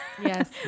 Yes